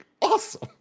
awesome